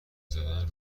زدن